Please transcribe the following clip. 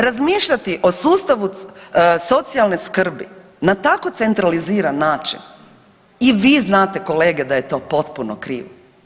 Razmišljati o sustavu socijalne skrbi na tako centraliziran način i vi znate kolege da je to potpuno krivo.